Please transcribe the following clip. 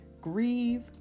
grieve